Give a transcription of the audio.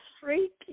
freaky